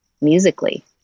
musically